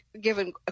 given